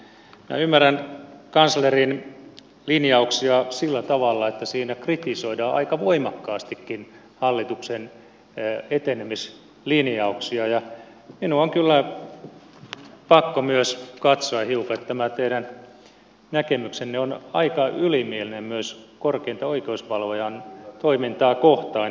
minä ymmärrän kanslerin linjaukset sillä tavalla että siinä kritisoidaan aika voimakkaastikin hallituksen etenemislinjauksia ja minun on kyllä pakko myös hiukan katsoa niin että tämä teidän näkemyksenne on aika ylimielinen myös korkeimman oikeusvalvojan toimintaa kohtaan